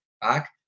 back